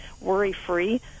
worry-free